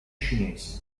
cinesi